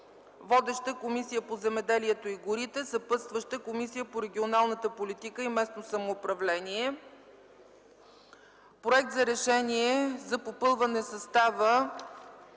Водеща е Комисията по земеделието и горите, съпътстваща е Комисията по регионална политика и местно самоуправление. Проект за Решение за попълване на състава